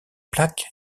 plaques